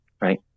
right